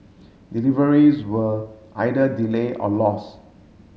deliveries were either delay or lost